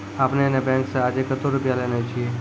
आपने ने बैंक से आजे कतो रुपिया लेने छियि?